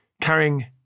carrying